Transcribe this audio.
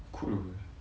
cool apa